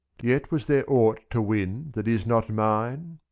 yet was there aught to win that is not mine?